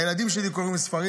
הילדים שלי קוראים ספרים.